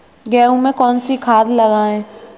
गेहूँ में कौनसी खाद लगाएँ?